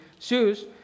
shoes